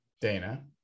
Dana